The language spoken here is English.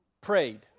prayed